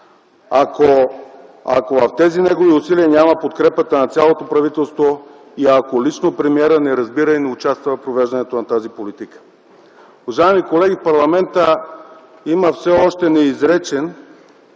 ако в тези негови усилия няма подкрепата на цялото правителство и, ако лично премиерът не разбира и не участва в провеждането на тази политика. Уважаеми колеги, парламентът има все още неизречен,